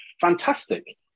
fantastic